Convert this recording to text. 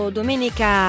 domenica